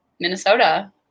Minnesota